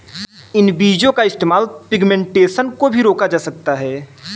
इन बीजो का इस्तेमाल पिग्मेंटेशन को भी रोका जा सकता है